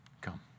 Come